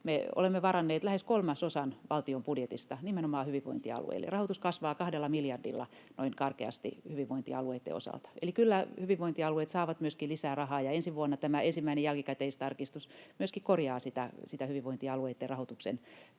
olemme varanneet lähes kolmasosan valtion budjetista nimenomaan hyvinvointialueille. Rahoitus kasvaa noin karkeasti kahdella miljardilla hyvinvointialueitten osalta. Eli kyllä hyvinvointialueet saavat myöskin lisää rahaa, ja ensi vuonna tämä ensimmäinen jälkikäteistarkistus myöskin korjaa sitä hyvinvointialueitten rahoituksen